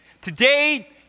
Today